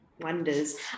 Wonders